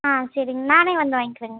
ஆ சரிங்க நானே வந்து வாங்க்கிறேங்கண்ணா